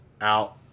out